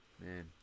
man